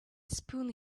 spoon